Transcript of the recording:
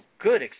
good